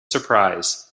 surprise